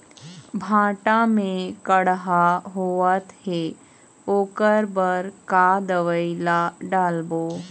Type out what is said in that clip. भांटा मे कड़हा होअत हे ओकर बर का दवई ला डालबो?